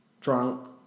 drunk